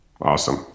Awesome